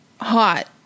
hot